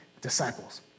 disciples